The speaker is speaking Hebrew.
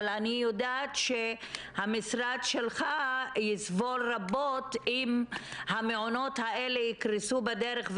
אני יודעת שהמשרד שלך יסבול רבות אם המעונות האלה יקרסו בדרך.